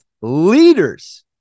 leaders